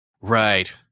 Right